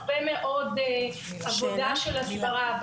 הרבה מאוד עבודה של הסדרה.